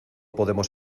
podemos